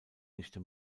nichte